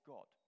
God